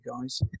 guys